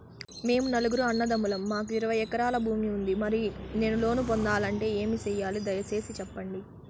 మేము నలుగురు అన్నదమ్ములం మాకు ఇరవై ఎకరాల భూమి ఉంది, మరి నేను లోను పొందాలంటే ఏమి సెయ్యాలి? దయసేసి సెప్పండి?